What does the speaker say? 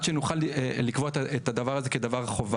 שנוכל לקבוע את הדבר הזה כדבר חובה.